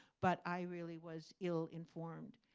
but i really was ill-informed.